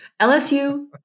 LSU